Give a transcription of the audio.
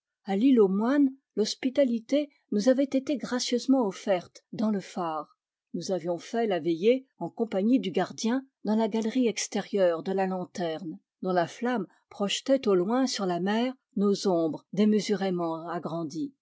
aux moines l'hospitalité nous avait été gracieusement offerte dans le phare nous avions fait la veillée en compagnie du gardien dans la galerie extérieure de la lanterne dont la flamme projetait au loin sur la mer nos ombres démesurément agrandies